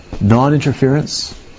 Non-interference